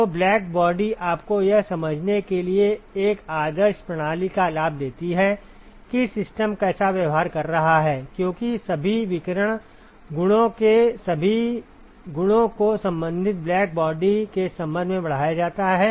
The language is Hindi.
तो ब्लैक बॉडी आपको यह समझने के लिए एक आदर्श प्रणाली का लाभ देती है कि सिस्टम कैसा व्यवहार कर रहा है क्योंकि सभी विकिरण गुणों के सभी गुणों को संबंधित ब्लैक बॉडी के संबंध में बढ़ाया जाता है